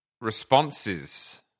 responses